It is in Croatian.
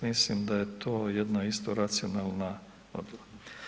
Mislim da je to jedna isto racionalna odredba.